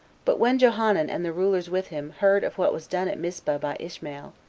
but when johanan and the rulers with him heard of what was done at mispah by ishmael,